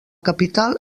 capital